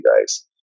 guys